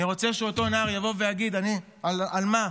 אני רוצה שאותו נער יבוא ויגיד: אני, על מה?